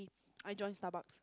I join Starbucks